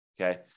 Okay